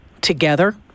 together